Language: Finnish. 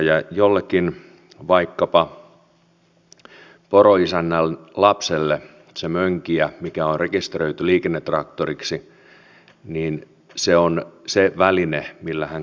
ja jollekin vaikkapa poroisännän lapselle se mönkijä mikä on rekisteröity liikennetraktoriksi on se väline millä hän käy koulussa